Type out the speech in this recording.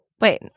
wait